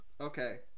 Okay